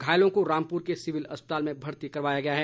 घायलों को रामपुर के सिविल अस्पताल में भर्ती कराया गया है